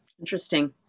Interesting